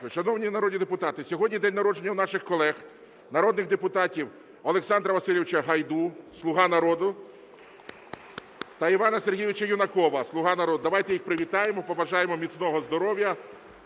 Шановні народні депутати, сьогодні день народження в наших колег народних депутатів Олександра Васильовича Гайду, "Слуга народу", та Івана Сергійовича Юнакова, "Слуга народу". Давайте їх привітаємо, побажаємо міцного здоров'я